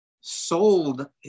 sold